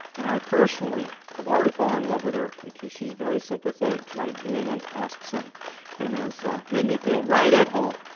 and i personally have already fallen in love with her because she's very sympathetic to my new england accent and has made me feel right at home,